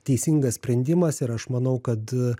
teisingas sprendimas ir aš manau kad